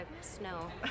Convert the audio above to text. snow